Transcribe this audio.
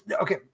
Okay